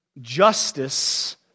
justice